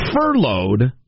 furloughed